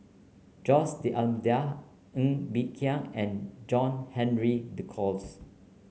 Jose D'Almeida Ng Bee Kia and John Henry Duclos